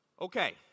Okay